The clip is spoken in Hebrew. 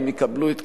הם יקבלו את קיומנו.